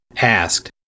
asked